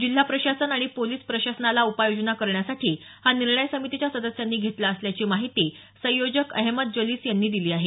जिल्हा प्रशासन आणि पोलीस प्रशासनाला उपाययोजना करण्यासाठी हा निर्णय समितीच्या सदस्यांनी घेतला असल्याची माहिती संयोजक अहेमद जलीस यांनी दिली आहे